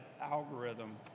algorithm